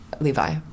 Levi